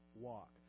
walk